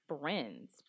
friends